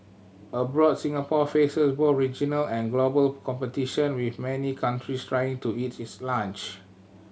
abroad Singapore faces both regional and global competition with many countries trying to eat its lunch